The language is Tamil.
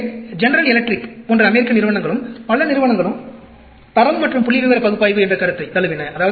எனவே ஜெனரல் எலக்ட்ரிக் போன்ற அமெரிக்க நிறுவனங்களும் பல நிறுவனங்களும் தரம் மற்றும் புள்ளிவிவர பகுப்பாய்வு என்ற கருத்தைத் தழுவின